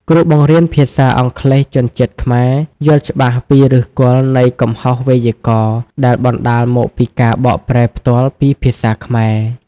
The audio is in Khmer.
គ្រូបង្រៀនភាសាអង់គ្លេសជនជាតិខ្មែរយល់ច្បាស់ពីឫសគល់នៃកំហុសវេយ្យាករណ៍ដែលបណ្តាលមកពីការបកប្រែផ្ទាល់ពីភាសាខ្មែរ។